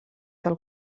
del